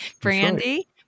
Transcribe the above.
Brandy